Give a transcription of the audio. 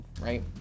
right